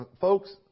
Folks